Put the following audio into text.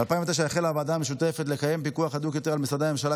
לקיים פיקוח הדוק יותר על משרדי הממשלה,